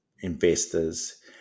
investors